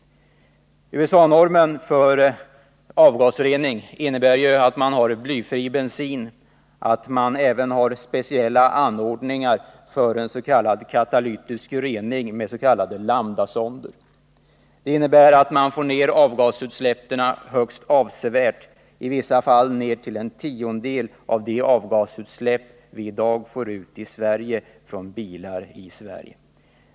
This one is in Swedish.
USA-normen för avgasrening innebär krav på blyfri bensin och speciella anordningar för den s.k. katalytiska reningen med lambdasonder. Det innebär att man får ner avgasutsläppen högst avsevärt, i vissa fall ner till en tiondel av de avgasutsläpp vi i Sverige får från bilar.